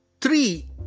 three